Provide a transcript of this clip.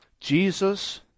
Jesus